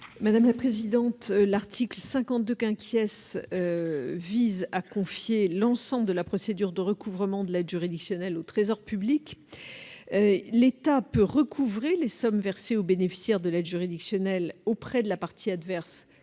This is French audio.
Mme la garde des sceaux. L'article 52 vise à confier l'ensemble de la procédure de recouvrement de l'aide juridictionnelle au Trésor public. L'État peut recouvrer les sommes versées aux bénéficiaires de l'aide juridictionnelle auprès de la partie adverse,